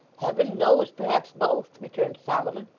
heaven knows. perhaps both returned solomon.